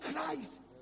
Christ